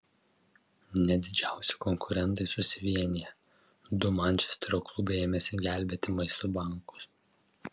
net didžiausi konkurentai susivienija du mančesterio klubai ėmėsi gelbėti maisto bankus